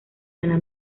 ana